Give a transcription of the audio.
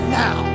now